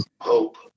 hope